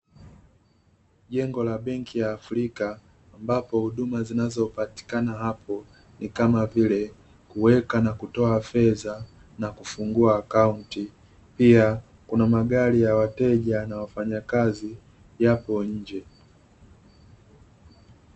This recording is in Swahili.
Jengo la benki ya Afrika, ambapo huduma zinazopatikana hapo ni kama vile: kuweka na kutoa fedha, na kufungua akaunti. Pia kuna magari ya wateja na wafanyakazi yapo nje.